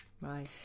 Right